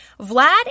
Vlad